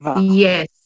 Yes